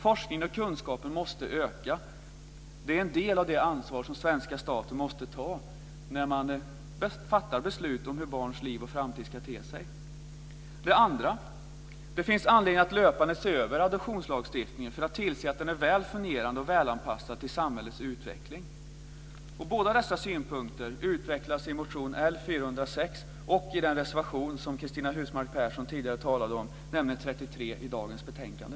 Forskningen och kunskapen måste öka. Det är en del av det ansvar som svenska staten måste ta när man fattar beslut om hur barns liv och framtid ska te sig. För det andra finns det anledning att löpande se över adoptionslagstiftningen för att tillse att den är väl fungerande och väl anpassad till samhällets utveckling. Båda dessa synpunkter utvecklas i motion L406 och i den reservation som Cristina Husmark Pehrsson tidigare talade om, nämligen reservation 29 i dagens betänkande.